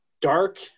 dark